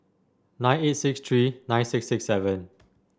nine eight six three nine six six seven